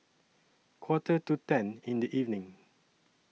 Quarter to ten in The evening